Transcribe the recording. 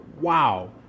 Wow